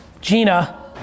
Gina